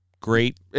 great